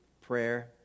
prayer